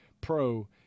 Pro